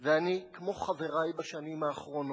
ואני, כמו חברי בשנים האחרונות,